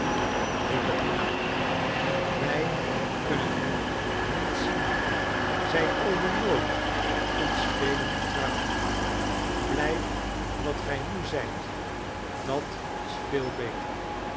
riep het knaapje wij kunnen hen niet zien zij komen nooit met ons spelen of praten blijf wat gij nu zijt dat is veel beter